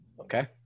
Okay